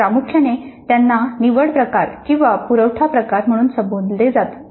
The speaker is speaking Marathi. प्रामुख्याने त्यांना निवड प्रकार किंवा पुरवठा प्रकार म्हणून संबोधले जाऊ शकते